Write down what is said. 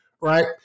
right